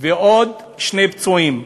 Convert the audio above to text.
ועוד שני פצועים.